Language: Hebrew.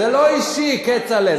זה לא אישי, כצל'ה.